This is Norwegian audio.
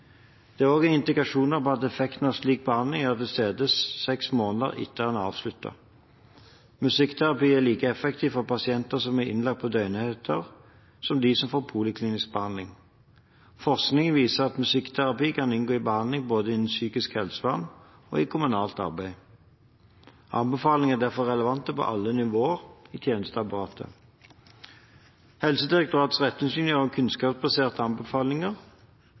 Det er også indikasjoner på at effekten av slik behandling er til stede seks måneder etter at den er avsluttet. Musikkterapi er like effektivt for pasienter som er innlagt på døgnenheter, som for dem som får poliklinisk behandling. Forskning viser at musikkterapi kan inngå i behandling både innen psykisk helsevern og i kommunalt arbeid. Anbefalingene er derfor relevante for alle nivåer i tjenesteapparatet. Helsedirektoratets retningslinjer er kunnskapsbaserte anbefalinger.